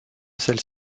celle